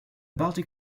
baltic